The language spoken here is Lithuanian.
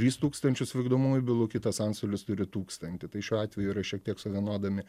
trys tūkstančius vykdomųjų bylų kitas antstolis turi tūkstantį tai šiuo atveju yra šiek tiek suvienodami